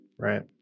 Right